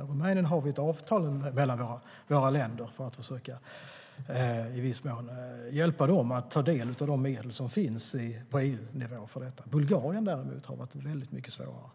Med Rumänien har vi ett avtal mellan länderna för att i viss mån försöka hjälpa dem att ta del av de medel som finns på EU-nivå för detta. Med Bulgarien däremot har det varit väldigt mycket svårare.